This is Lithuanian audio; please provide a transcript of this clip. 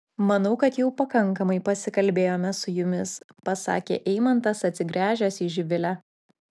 manau kad jau pakankamai prisikalbėjome su jumis pasakė eimantas atsigręžęs į živilę